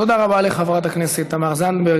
תודה רבה לחברת הכנסת תמר זנדברג.